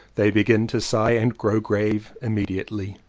they begin to sigh and grow grave immediately.